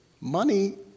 money